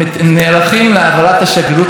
ממש לפני חודש הייתי שם באוסטרליה.